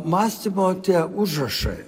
mąstymo tie užrašai